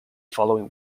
following